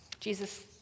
Jesus